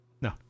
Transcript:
No